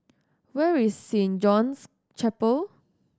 where is Saint John's Chapel